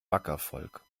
backerfolg